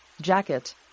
jacket